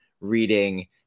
reading